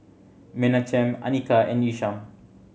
Menachem Anika and Isham